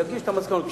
יגיש את המסקנות.